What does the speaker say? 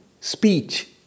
speech